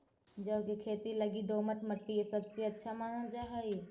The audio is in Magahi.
जौ के खेती लगी दोमट मट्टी सबसे अच्छा मानल जा हई